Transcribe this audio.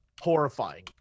horrifying